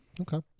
Okay